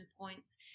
points